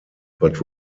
but